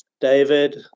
David